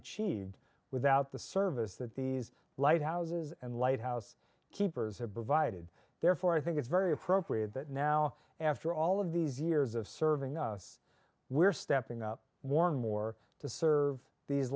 achieved without the service that these lighthouses and lighthouse keepers have provided therefore i think it's very appropriate that now after all of these years of serving us we're stepping up more and more to serve these